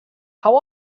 how